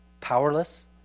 powerless